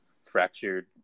fractured